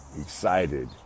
excited